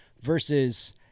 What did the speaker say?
versus